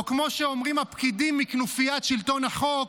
או כמו שאומרים הפקידים מכנופיית שלטון החוק: